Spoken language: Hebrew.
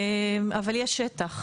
אבל יש שטח,